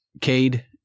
Cade